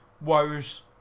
woes